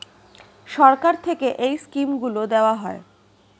সরকার থেকে এই স্কিমগুলো দেওয়া হয়